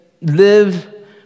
live